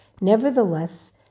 nevertheless